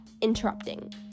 interrupting